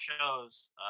shows